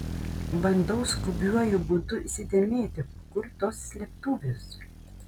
bandau skubiuoju būdu įsidėmėti kur tos slėptuvės